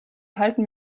halten